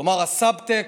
כלומר, הסבטקסט: